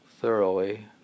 thoroughly